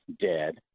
dead